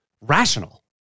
rational